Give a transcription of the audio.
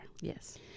Yes